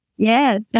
Yes